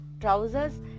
trousers